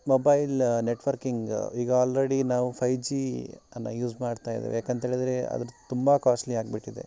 mobile networking ಈಗ already ನಾವು five G ಅನ್ನು ಯೂಸ್ ಮಾಡ್ತಾಯಿದ್ದೇವೆ ಯಾಕಂಥೇಳಿದ್ರೆ ಅದರದ್ದು ತುಂಬ ಕಾಸ್ಟ್ಲಿ ಆಗ್ಬಿಟ್ಟಿದೆ